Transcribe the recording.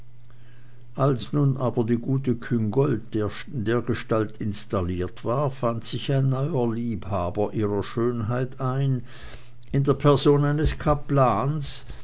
als nun aber die gute küngolt dergestalt installiert war fand sich ein neuer liebhaber ihrer schönheit ein in der person eines